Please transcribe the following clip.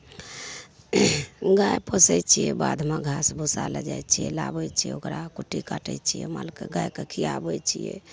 गाइ पोसै छिए बाधमे घास भुस्सालए जाए छिए लाबै छिए ओकरा कुट्टी काटै छिए मालके गाइके खिआबै छिए